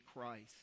Christ